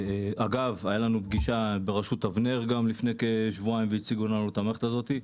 הייתה לנו פגישה בראשות אבנר לפני כשבועיים והציגו לנו את המערכת הזאת.